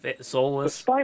soulless